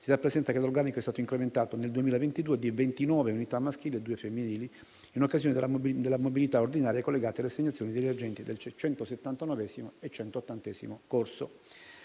si rappresenta che l'organico è stato incrementato, nell'anno 2022, di 29 unità maschili e due femminili, in occasione della mobilità ordinaria collegata alle assegnazioni degli agenti del 179° e 180° corso.